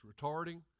retarding